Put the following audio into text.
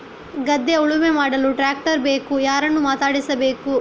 ಗದ್ಧೆ ಉಳುಮೆ ಮಾಡಲು ಟ್ರ್ಯಾಕ್ಟರ್ ಬೇಕು ಯಾರನ್ನು ಮಾತಾಡಿಸಬೇಕು?